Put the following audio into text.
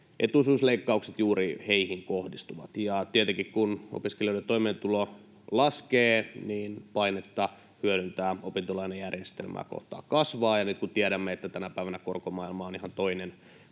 etuisuusleikkaukset juuri heihin kohdistuvat. Tietenkin kun opiskelijoiden toimeentulo laskee, niin paine hyödyntää opintolainajärjestelmää kasvaa, ja nyt kun tiedämme, että tänä päivänä korkomaailma on ihan toinen